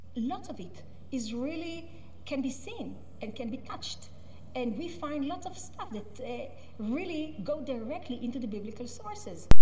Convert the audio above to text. lots of it really can be seen and can be touched and we find lots of stuff that really go directly into the biblical sources.